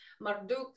Marduk